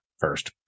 first